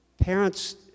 parents